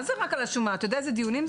אני בא ואומר שאנחנו לא הולכים בדורסנות.